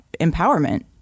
empowerment